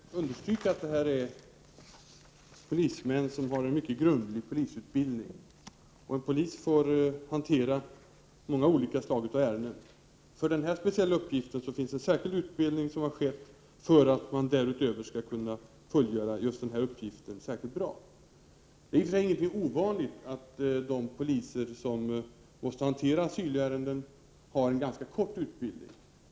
Fru talman! Jag vill understryka att det handlar om polismän som har mycket grundlig polisutbildning. En polis får hantera många olika slags ärenden, och för den här speciella uppgiften har man fått en särskild utbildning, för att man skall kunna fullgöra uppgiften särskilt bra. Det är i och för sig inget ovanligt att de poliser som måste hantera asylärenden har ganska kort utbildning.